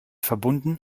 verbunden